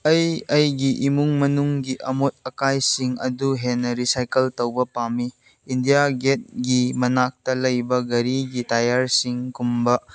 ꯑꯩ ꯑꯩꯒꯤ ꯏꯃꯨꯡ ꯃꯅꯨꯡꯒꯤ ꯑꯃꯣꯠ ꯑꯀꯥꯏꯁꯤꯡ ꯑꯗꯨ ꯍꯦꯟꯅ ꯔꯤꯁꯥꯏꯀꯜ ꯇꯧꯕ ꯄꯥꯝꯃꯤ ꯏꯟꯗꯤꯌꯥ ꯒꯦꯠꯀꯤ ꯃꯅꯥꯛꯇ ꯂꯩꯕ ꯒꯥꯔꯤꯒꯤ ꯇꯥꯌꯔꯁꯤꯡꯒꯨꯝꯕ